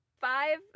Five